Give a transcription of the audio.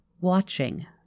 watching